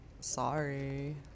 sorry